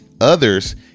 Others